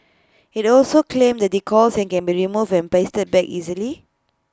he also claimed the decals can be removed and pasted back easily